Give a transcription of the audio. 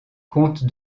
comte